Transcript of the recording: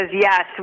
yes